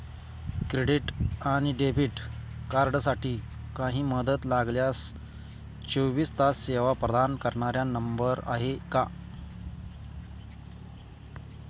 Credit आणि debit कार्डसाठी काही मदत लागल्यास चोवीस तास सेवा प्रदान करणारा नंबर आहे का?